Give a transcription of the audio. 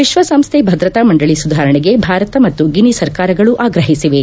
ವಿಶ್ವಸಂಸ್ಥೆ ಭದ್ರತಾ ಮಂಡಳ ಸುಧಾರಣೆಗೆ ಭಾರತ ಮತ್ತು ಗಿನಿ ಸರ್ಕಾರಗಳು ಆಗ್ರಹಿಸಿವೆ